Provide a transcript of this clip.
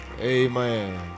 amen